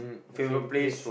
a favourite place